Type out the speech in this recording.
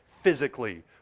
physically